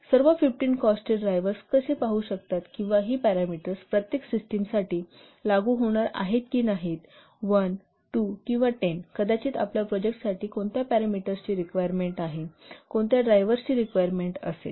सर्व 15 cost drivers कसे पाहू शकतात किंवा ही पॅरामीटर्स प्रत्येक सिस्टीमसाठी लागू होणार नाहीत 1 2 किंवा 10 कदाचित आपल्या प्रोजेक्टसाठी कोणत्या पॅरामीटर्सची रिक्वायरमेंट आहे कोणत्या ड्रायव्हर्सची रिक्वायरमेंट असेल